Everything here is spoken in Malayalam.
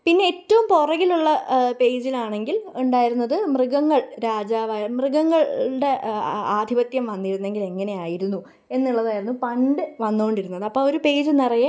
പിന്നെ ഏറ്റവും പുറകിലുള്ള പേജിൽ ആണെങ്കില് ഉണ്ടായിരുന്നത് മൃഗങ്ങള് രാജാവായ മൃഗങ്ങളുടെ ആധിപത്യം വന്നിരുന്നെങ്കിൽ എങ്ങനെയായിരുന്നു എന്നുള്ളതായിരുന്നു പണ്ട് വന്നു കൊണ്ടിരുന്നത് അപ്പം ആ ഒരു പേജ് നിറയെ